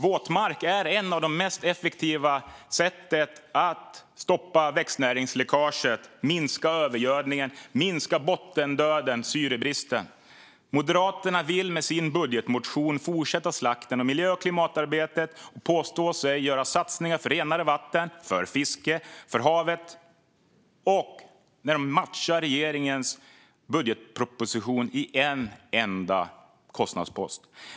Våtmark är ett av de mest effektiva sätten att stoppa växtnäringsläckaget och minska övergödningen, bottendöden och syrebristen. Moderaterna vill med sin budgetmotion fortsätta slakten av miljö och klimatarbetet. De påstår sig göra satsningar för renare vatten, för fiske och för havet, men matchar regeringens budgetproposition endast under en enda kostnadspost.